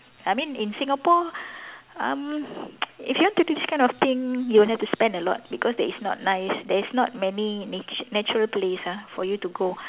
I mean in Singapore uh if you want to do this kind of thing you have to spend a lot because there is not nice there is not many nature natural place ah for you to go